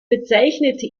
bezeichnete